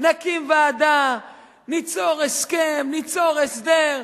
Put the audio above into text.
נקים ועדה, ניצור הסכם, ניצור הסדר.